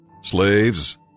Slaves